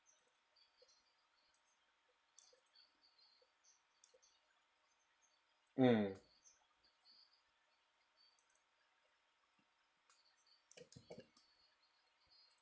mm